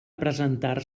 presentar